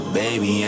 baby